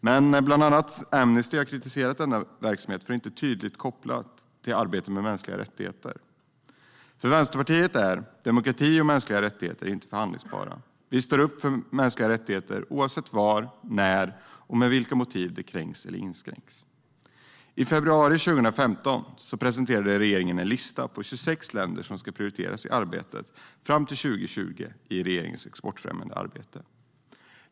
Men bland annat Amnesty har kritiserat denna verksamhet för att den inte tydligt kopplas till arbetet med mänskliga rättigheter. För Vänsterpartiet är demokrati och mänskliga rättigheter inte förhandlingsbara. Vi står upp för mänskliga rättigheter, oavsett var, när och med vilka motiv de kränks eller inskränks. I februari 2015 presenterade regeringen en lista på 26 länder som ska prioriteras fram till 2020 i regeringens exportfrämjande arbete.